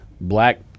black